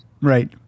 Right